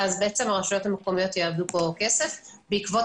הרשויות המקומיות יאבדו פה כסף בעקבות